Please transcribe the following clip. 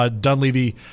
Dunleavy